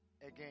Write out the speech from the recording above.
again